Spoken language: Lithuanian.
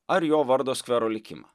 ar jo vardo skvero likimą